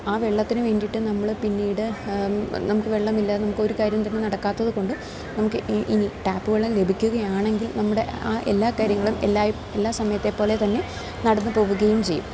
ആ വെള്ളത്തിന് വേണ്ടിയിട്ട് നമ്മൾ പിന്നീട് നമുക്ക് വെള്ളമില്ലാതെ നമുക്കൊരു കാര്യം തന്നെ നടക്കാത്തത് കൊണ്ട് നമുക്ക് ഇനി ടാപ്പ് വെള്ളം ലഭിക്കുകയാണെങ്കിൽ നമ്മുടെ ആ എല്ലാ കാര്യങ്ങളും എല്ലായി എല്ലാ സമയത്തെ പോലെ തന്നെ നടന്ന് പോകുകയും ചെയ്യും